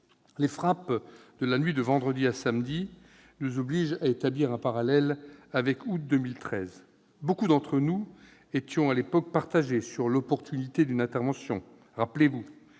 Les frappes de la nuit de vendredi à samedi nous obligent à établir un parallèle avec août 2013. Beaucoup d'entre nous, rappelez-vous, étions à l'époque partagés sur l'opportunité d'une intervention : il